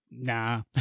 Nah